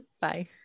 Bye